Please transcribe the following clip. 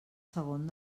segon